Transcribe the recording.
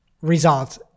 results